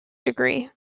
degree